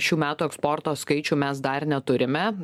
šių metų eksporto skaičių mes dar neturime